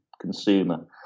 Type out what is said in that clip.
consumer